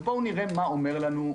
נראה מה הוא אומר לנו.